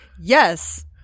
yes